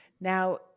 Now